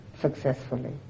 successfully